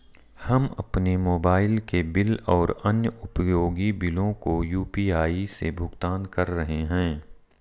हम अपने मोबाइल के बिल और अन्य उपयोगी बिलों को यू.पी.आई से भुगतान कर रहे हैं